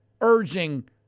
urging